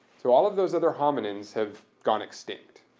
so, all of those other hominins have gone extinct.